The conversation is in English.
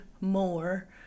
more